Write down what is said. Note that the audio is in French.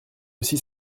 aussi